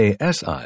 ASI